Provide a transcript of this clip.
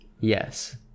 yes